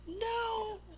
No